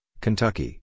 Kentucky